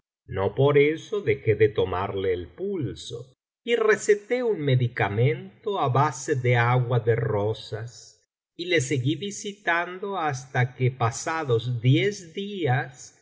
educadono por eso dejé de tomarle el pulso y receté un medicamento á base de agua de rosas y le seguí visitando hasta que pasados diez días